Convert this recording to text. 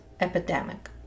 epidemic